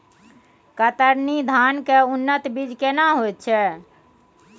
कतरनी धान के उन्नत बीज केना होयत छै?